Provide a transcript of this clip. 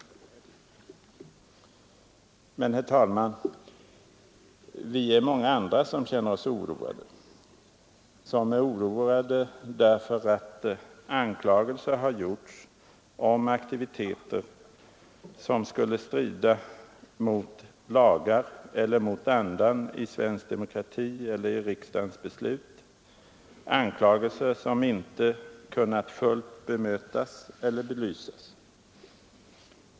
Men, herr talman, vi är många andra som känner oss oroade därför att anklagelser har gjorts om aktiviteter som skulle strida mot lagar eller mot andan i svensk demokrati eller mot riksdagens beslut — anklagelser som inte har kunnat fullt bemötas eller belysas.